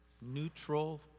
neutral